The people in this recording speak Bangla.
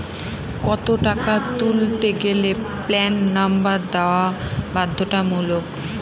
কত টাকা তুলতে গেলে প্যান নম্বর দেওয়া বাধ্যতামূলক?